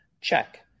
Check